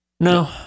No